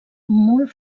molt